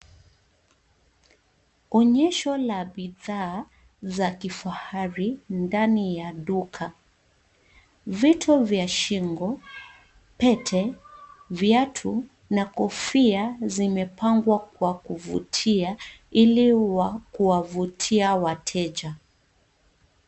Onyesho la bidhaa za kifahari ndani ya duka. Vito vya shingo, pete, viatu na kofia zimepangwa kwa kuvutia, ili wa kuwavutia wateja.